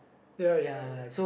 ya ya ya